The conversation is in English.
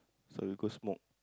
so we go smoke